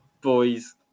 Boys